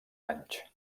anys